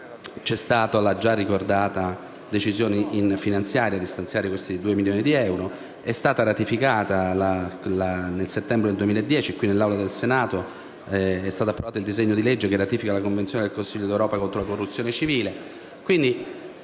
c'è stata la già ricordata decisione in finanziaria di stanziare questi 2 milioni di euro; nel settembre 2010, nell'Aula del Senato, è stato approvato il disegno di legge che ratifica la convenzione del Consiglio d'Europa contro la corruzione civile.